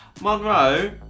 Monroe